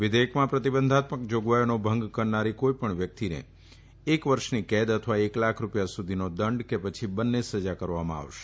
વિધેયકમાં પ્રતિબંધાત્મક જોગવાઈઓનો ભંગ કરનારી કોઈપણ વ્યક્તિને એક વર્ષની કેદ અથવા એક લાખ રૂપિયા સુધીનો દંડ કે પછી બંને સજા કરવામાં આવશે